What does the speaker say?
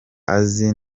azi